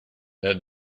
that